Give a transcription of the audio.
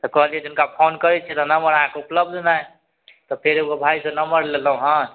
तऽ कहलिए हुनका फोन करै छिए तऽ नम्बर अहाँके उपलब्ध नहि तऽ फेर एगो भाइसँ नम्बर लेलहुँ हँ